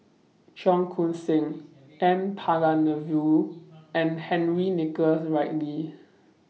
Cheong Koon Seng N Palanivelu and Henry Nicholas Ridley